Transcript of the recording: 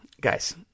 guys